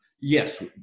Yes